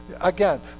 Again